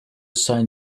sign